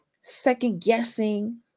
second-guessing